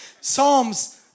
Psalms